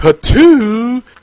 Two